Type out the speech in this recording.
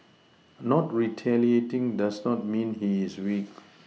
not retaliating does not mean he is weak